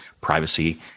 privacy